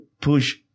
Push